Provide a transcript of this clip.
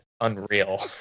unreal